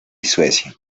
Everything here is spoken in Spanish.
suecia